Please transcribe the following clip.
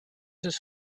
his